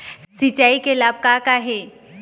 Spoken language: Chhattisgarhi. सिचाई के लाभ का का हे?